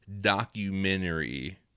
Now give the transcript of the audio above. documentary